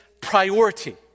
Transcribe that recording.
priority